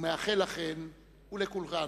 ומאחל לכולכן ולכולם